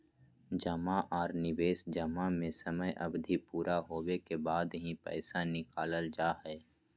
जमा आर निवेश जमा में समय अवधि पूरा होबे के बाद ही पैसा निकालल जा हय